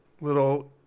little